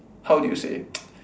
how do you say